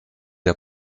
der